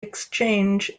exchange